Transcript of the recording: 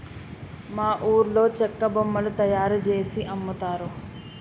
మా ఊర్లో చెక్క బొమ్మలు తయారుజేసి అమ్ముతారు